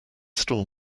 store